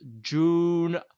June